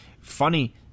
Funny